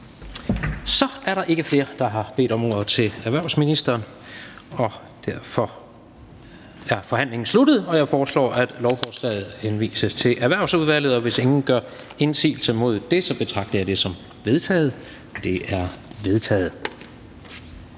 Så er der ikke flere, der har bedt om ordet. Vi siger tak til erhvervsministeren. Dermed er forhandlingen sluttet. Jeg foreslår, at lovforslaget henvises til Erhvervsudvalget. Hvis ingen gør indsigelse, betragter jeg det som vedtaget. Det er vedtaget.